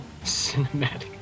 Cinematic